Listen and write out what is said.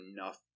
enough